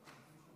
תנו